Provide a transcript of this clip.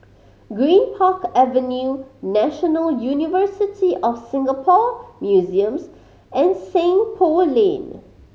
Greenpark Avenue National University of Singapore Museums and Seng Poh Lane